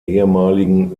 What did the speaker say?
ehemaligen